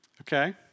Okay